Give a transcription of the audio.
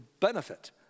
benefit